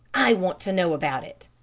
i want to know about it.